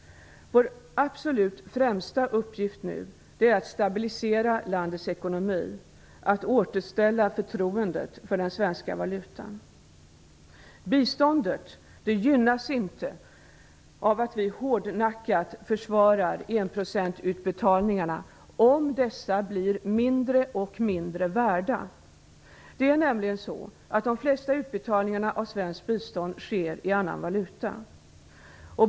Vår absolut främsta uppgift nu är att stabilisera landets ekonomi och att återställa förtroendet för den svenska valutan. Biståndet gynnas inte av att vi hårdnackat försvarar enprocentsutbetalningarna, om dessa blir allt mindre värda. De flesta utbetalningarna av svenskt bistånd sker nämligen i annan valuta.